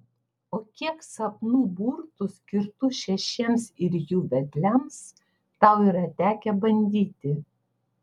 o kiek sapnų burtų skirtų šešiems ir jų vedliams tau yra tekę bandyti